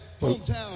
Hometown